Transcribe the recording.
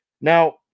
Now